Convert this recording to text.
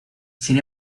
sin